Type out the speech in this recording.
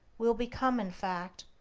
will become, in fact,